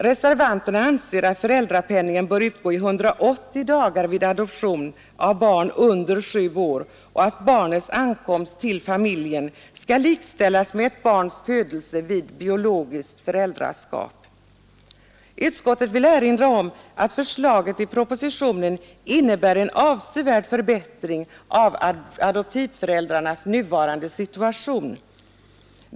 Reservanterna anser att föräldrapenningen bör utgå i 180 dagar vid adoption av barn under sju år och att barnets ankomst till familjen skall likställas med ett barns födelse vid biologiskt föräldraskap. Utskottet vill erinra om att förslaget i propositionen innebär en avsevärd förbättring av adoptivföräldrarnas nuvarande situation.